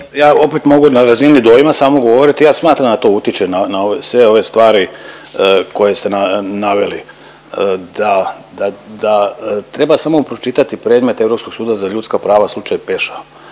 Ja opet mogu na razini dojma samo govoriti, ja smatram da to utiče na ove sve ove stvari koje ste naveli da treba samo pročitati predmet Europskog suda za ljudska prava slučaj Peša.